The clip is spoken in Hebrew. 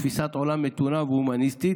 תפיסת עולם מתונה והומניסטית,